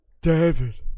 David